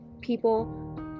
people